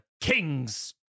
king's